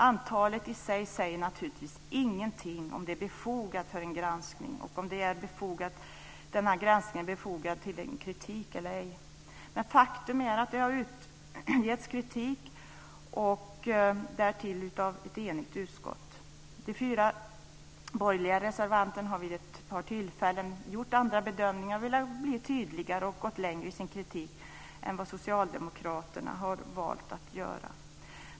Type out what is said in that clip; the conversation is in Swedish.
Antalet i sig säger naturligtvis ingenting om ifall det är befogat med en granskning och om det i granskningen är befogat med kritik eller ej. Men faktum är att det har riktats kritik, därtill av ett enigt utskott. De fyra borgerliga reservanterna har vid ett par tillfällen gjort andra bedömningar. De har valt att vara mer tydliga och gå längre i sin kritik än vad socialdemokraterna har valt att göra.